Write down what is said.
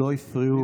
לו הפריעו.